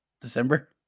December